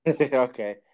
Okay